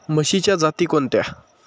म्हशीच्या जाती कोणत्या?